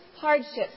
hardships